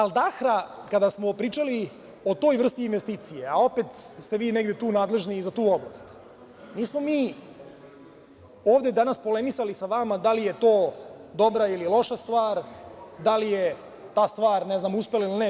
Albahra“, kada smo pričali o toj vrsti investicija, al opet ste vi tu negde nadležni za tu oblast, nismo mi ovde danas polemisali sa vama da li je to dobra ili loša stvar, da li je ta stvar uspela ili ne.